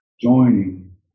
joining